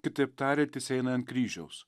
kitaip tariant jisai eina ant kryžiaus